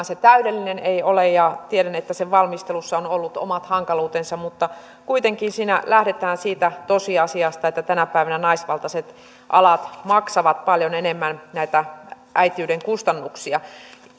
se ei ole täydellinen ja tiedän että sen valmistelussa on ollut omat hankaluutensa mutta kuitenkin siinä lähdetään siitä tosiasiasta että tänä päivänä naisvaltaiset alat maksavat paljon enemmän näitä äitiyden kustannuksia